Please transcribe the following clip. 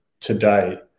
today